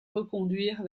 reconduire